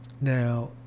Now